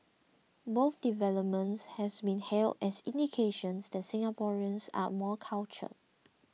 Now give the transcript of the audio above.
both developments has been hailed as indications that Singaporeans are more cultured